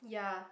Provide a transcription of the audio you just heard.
yeah